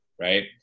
Right